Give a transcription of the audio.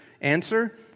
Answer